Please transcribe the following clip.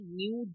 new